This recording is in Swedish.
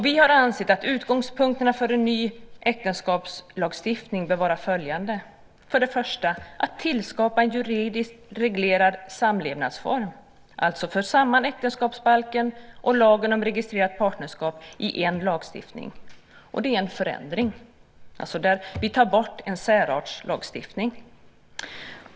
Vi har ansett att utgångspunkterna för en ny äktenskapslagstiftning bör vara följande: För det första bör vi tillskapa en juridiskt reglerad samlevnadsform. Alltså: För samman äktenskapsbalken och lagen om registrerat partnerskap i en lagstiftning! Det är en förändring. Vi tar bort en särartslagstiftning.